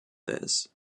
this